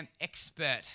expert